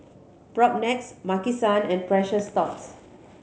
Propnex Maki San and Precious Thots